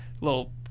little